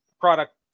product